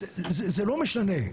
זה לא משנה.